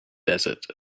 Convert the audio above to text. desert